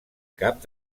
cap